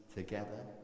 together